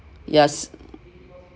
yes